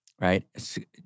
right